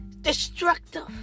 destructive